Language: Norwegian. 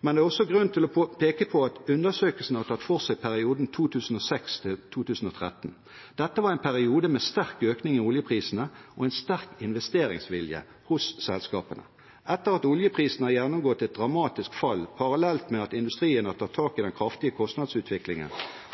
Men det er også grunn til å peke på at undersøkelsen har tatt for seg perioden 2006–2013. Dette var en periode med sterk økning i oljeprisene og en sterk investeringsvilje hos selskapene. Etter at oljeprisen har gjennomgått et dramatisk fall, parallelt med at industrien har tatt tak i den kraftige kostnadsutviklingen,